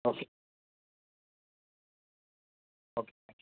okay okay thank you